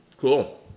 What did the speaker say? Cool